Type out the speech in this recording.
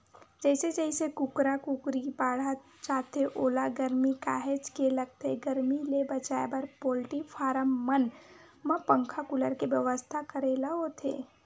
जइसे जइसे कुकरा कुकरी बाड़हत जाथे ओला गरमी काहेच के लगथे गरमी ले बचाए बर पोल्टी फारम मन म पंखा कूलर के बेवस्था करे ल होथे